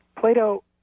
Plato